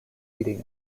meeting